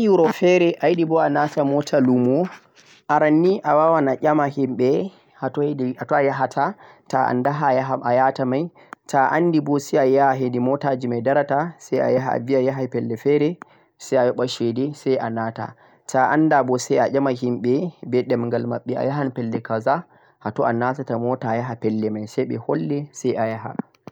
to'a yahi wuro fere ayidi boh a nata mota lumo aranni a wawan a nyama himbe hatoi hedi hatoi a yahata to'a anda a yhata mai to'a andi boh sai a yaha hedi motaji mai darata sai ayaha a viya yahai pellel fere sai a a yoba chede sai a nata to'a anda boh sai a nyama himbe neh demghal mabbe a yahan pellel kaza hato a natata mota ayaha pellel mai sai beh holle sai a yaha